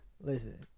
Listen